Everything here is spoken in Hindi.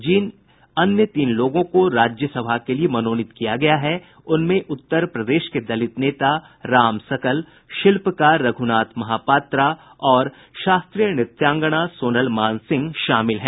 जिन अन्य तीन लोगों को राज्यसभा के लिए मनोनीत किया गया है उनमें उत्तर प्रदेश के दलित नेता राम सकल शिल्पकार रघुनाथ महापात्रा और शास्त्रीय नृत्यांगना सोनल मानसिंह शामिल हैं